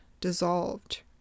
dissolved